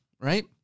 right